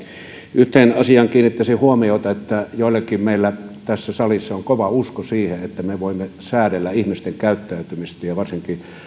yhteen asiaan kiinnittäisin huomiota joillakin meillä tässä salissa on kova usko siihen että me voimme säädellä ihmisten käyttäytymistä ja varsinkin